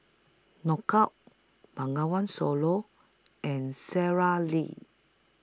Knockout Bengawan Solo and Sara Lee